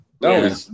No